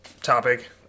topic